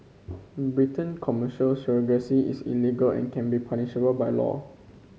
Britain Commercial surrogacy is illegal and can be punishable by law